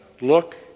look